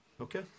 Okay